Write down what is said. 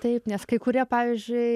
taip nes kai kurie pavyzdžiui